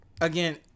again